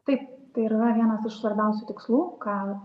taip tai ir yra vienas iš svarbiausių tikslų ką